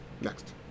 next